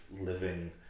living